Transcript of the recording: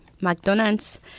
McDonald's